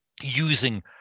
using